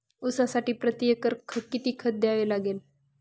ऊसासाठी प्रतिएकर किती खत द्यावे लागेल?